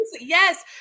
Yes